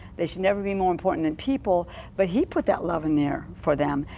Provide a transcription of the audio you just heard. they should never be more important than people, but he put that love in there for them,